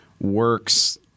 works